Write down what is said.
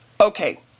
Okay